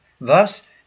Thus